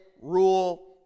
rule